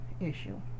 issue